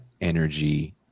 energy